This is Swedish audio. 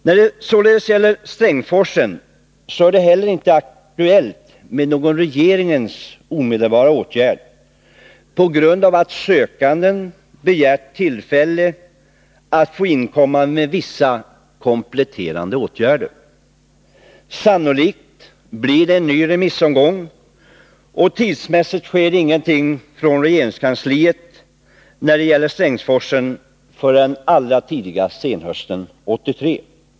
När det gäller Strängsforsen är det inte aktuellt med någon regeringens omedelbara åtgärd på grund av att sökanden begärt att få inkomma med uppgifter om vissa kompletterande åtgärder. Sannolikt blir det en ny remissomgång. Tidsmässigt sker ingenting från regeringskansliets sida när det gäller Strängsforsen förrän allra tidigast senhösten 1983.